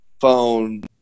phone